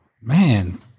Man